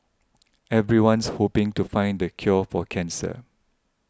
everyone's hoping to find the cure for cancer